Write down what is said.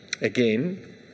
Again